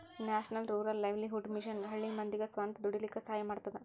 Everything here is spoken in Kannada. national rural livelihood mission ಹಳ್ಳಿ ಮಂದಿಗ್ ಸ್ವಂತ ದುಡೀಲಕ್ಕ ಸಹಾಯ ಮಾಡ್ತದ